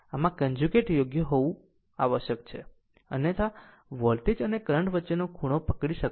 આમ આમ જ આ કન્જુગેટ યોગ્ય હોવું આવશ્યક છે અન્યથા વોલ્ટેજ અને કરંટ વચ્ચેનો ખૂણો પકડી શકતા નથી